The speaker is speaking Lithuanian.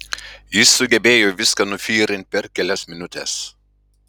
jis sugebėjo viską nufyrint per kelias minutes